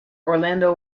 orlando